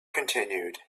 continued